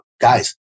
Guys